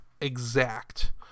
exact